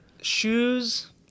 shoes